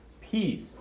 Peace